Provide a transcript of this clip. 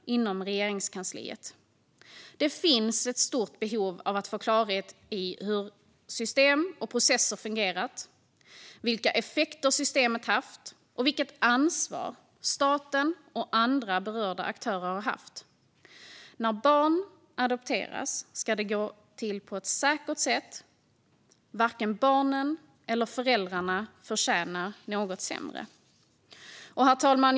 Det finns ett stort behov av att få klarhet i hur system och processer har fungerat, vilka effekter systemet har haft och vilket ansvar staten och andra berörda aktörer har haft. När barn adopteras ska det gå till på ett säkert sätt. Varken barnen eller föräldrarna förtjänar något sämre. Herr talman!